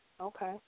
Okay